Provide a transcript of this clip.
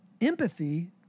empathy